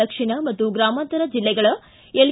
ದಕ್ಷಿಣ ಮತ್ತು ಗ್ರಮಾಂತರ ಜಿಲ್ಲೆಗಳ ಎಲ್